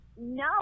No